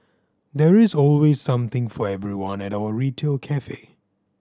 there is always something for everyone at our retail cafe